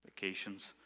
vacations